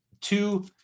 two